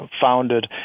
founded